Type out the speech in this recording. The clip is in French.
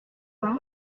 vingt